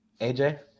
AJ